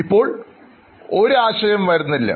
ഇപ്പോൾ ഒരു ആശയം വരുന്നില്ല